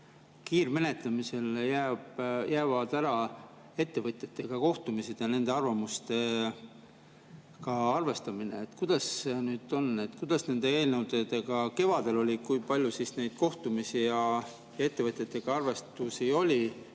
kiirmenetlemisel jäävad ära ettevõtjatega kohtumised ja nende arvamustega arvestamine. Kuidas sellega nüüd on? Kuidas nende eelnõudega kevadel oli, kui palju neid kohtumisi ja ettevõtjatega arvestamisi oli?